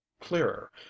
clearer